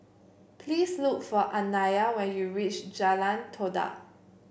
please look for Anaya when you reach Jalan Todak